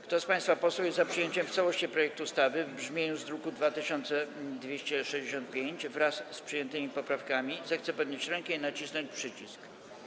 Kto z państwa posłów jest za przyjęciem w całości projektu ustawy w brzmieniu z druku nr 2265, wraz z przyjętymi poprawkami, zechce podnieść rękę i nacisnąć przycisk.